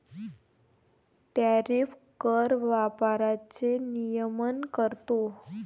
tariff कर व्यापाराचे नियमन करतो